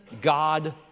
God